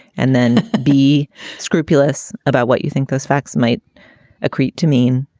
and then be scrupulous about what you think those facts might accrete to mean.